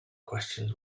questions